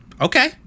Okay